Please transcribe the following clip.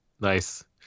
nice